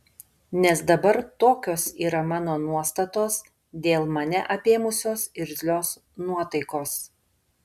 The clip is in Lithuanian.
nes dabar tokios yra mano nuostatos dėl mane apėmusios irzlios nuotaikos